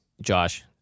Josh